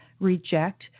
reject